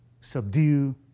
subdue